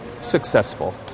successful